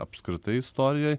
apskritai istorijoj